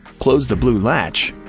close the blue latch,